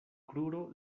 kruro